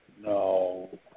No